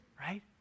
Right